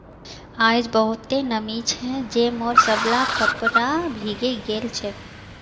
आइज बहुते नमी छै जे मोर सबला कपड़ा भींगे गेल छ